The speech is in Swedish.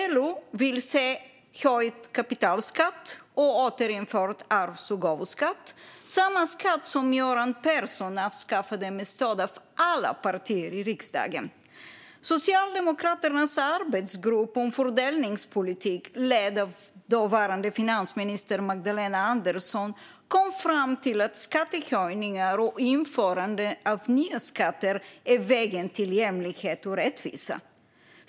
LO vill se höjd kapitalskatt och återinförd arvs och gåvoskatt, samma skatt som Göran Persson avskaffade med stöd av alla partier i riksdagen. Socialdemokraternas arbetsgrupp för fördelningspolitik, ledd av dåvarande finansministern Magdalena Andersson, kom fram till att skattehöjningar och införande av nya skatter är vägen till jämlikhet och rättvisa.